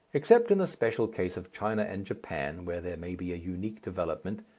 except in the special case of china and japan, where there may be a unique development,